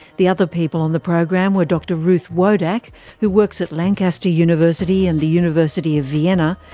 the other people on the program were dr ruth wodak who works at lancaster university and the university of vienna,